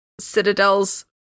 citadels